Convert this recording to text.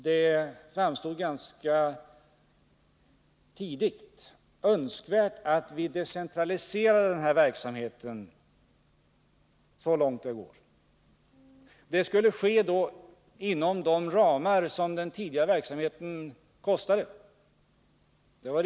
Det framstod ganska tidigt som önskvärt att vi decentraliserade den här verksamheten så långt det går. Riktpunkten var att det skulle ske inom den tidigare verksamhetens kostnadsramar.